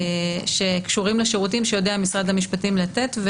שקשורים לשירותים שיודע משרד משפטים לתת.